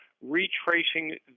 retracing